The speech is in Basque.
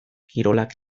kirolak